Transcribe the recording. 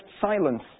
silence